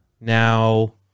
Now